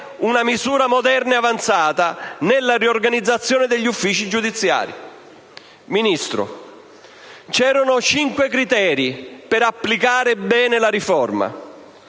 una misura moderna e avanzata nella riorganizzazione degli uffici giudiziari. Ministro, erano cinque i criteri da seguire per una buona